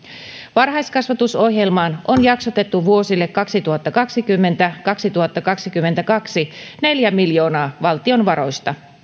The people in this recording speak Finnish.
varhaiskasvatusohjelmaan on vuosille kaksituhattakaksikymmentä viiva kaksituhattakaksikymmentäkaksi jaksotettu neljä miljoonaa valtion varoista